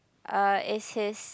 uh is his